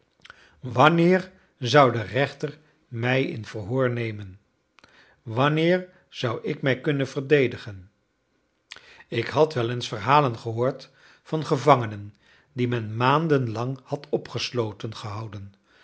wanneer zou de rechter mij in verhoor nemen wanneer zou ik mij kunnen verdedigen ik had wel eens verhalen gehoord van gevangenen die men maanden lang had opgesloten gehouden